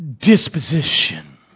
disposition